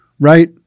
right